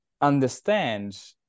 understand